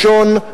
לשון,